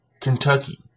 Kentucky